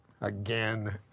Again